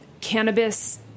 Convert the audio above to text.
cannabis